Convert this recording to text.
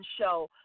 show